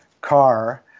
car